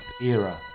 era